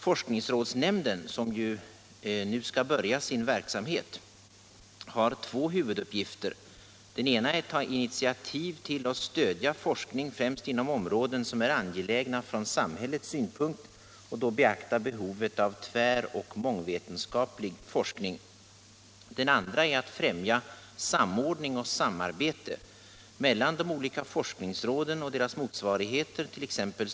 Forskningsrådsnämnden, som nu skall börja sin verksamhet, har två huvuduppgifter. Den ena är att ta initiativ till och stödja forskning främst inom områden som är angelägna från samhällets synpunkt och då beakta behovet av tväroch mångvetenskaplig forskning. Den andra är att främja samordning och samarbete mellan de olika forskningsråden och deras motsvarigheter, t.ex.